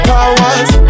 Powers